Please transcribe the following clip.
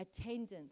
attendance